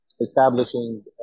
establishing